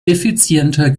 effizienter